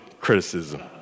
criticism